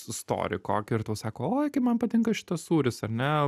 storį kokį ir tau sako oi kaip man patinka šitas sūris ar ne